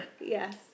Yes